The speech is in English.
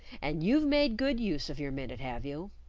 and you've made good use of your minute, have you.